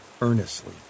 earnestly